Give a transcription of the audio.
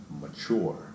mature